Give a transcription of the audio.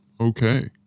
Okay